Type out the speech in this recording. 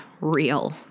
real